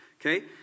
Okay